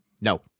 No